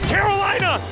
Carolina